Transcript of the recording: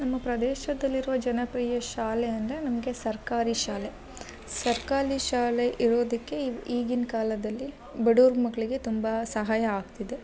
ನಮ್ಮ ಪ್ರದೇಶದಲ್ಲಿರುವ ಜನಪ್ರಿಯ ಶಾಲೆ ಅಂದರೆ ನಮಗೆ ಸರ್ಕಾರಿ ಶಾಲೆ ಸರ್ಕಾರಿ ಶಾಲೆ ಇರುವುದಕ್ಕೆ ಇವು ಈಗಿನ ಕಾಲದಲ್ಲಿ ಬಡವರ ಮಕ್ಕಳಿಗೆ ತುಂಬಾ ಸಹಾಯ ಆಗ್ತಿದೆ